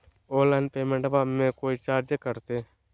Online पेमेंटबां मे कोइ चार्ज कटते?